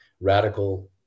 radical